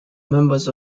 members